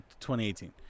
2018